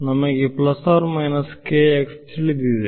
ನಮಗೆಲ್ಲ ತಿಳಿದಿದೆ